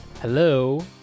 Hello